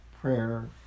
prayer